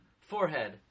forehead